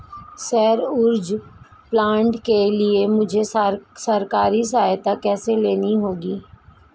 सौर ऊर्जा प्लांट के लिए मुझे सरकारी सहायता कैसे लेनी होगी?